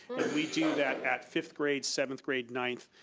we do that at fifth grade, seventh grade, ninth,